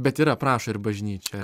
bet yra prašo ir bažnyčioje